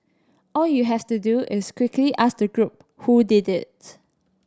all you have to do is quickly ask the group who did it